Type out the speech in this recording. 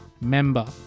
member